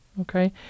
Okay